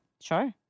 sure